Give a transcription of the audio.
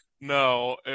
no